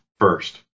First